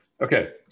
Okay